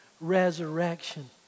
resurrection